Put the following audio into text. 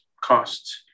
costs